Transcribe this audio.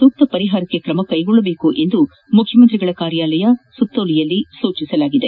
ಸೂಕ್ತ ಪರಿಪಾರಕ್ಕೆ ತ್ರಮ ಕೈಗೊಳ್ಳಬೇಕು ಎಂದು ಮುಖ್ಯಮಂತ್ರಿಗಳ ಕಾರ್ಯಾಲಯ ಸುತ್ತೋಲೆಯಲ್ಲಿ ಸೂಚಿಸಲಾಗಿದೆ